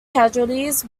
casualties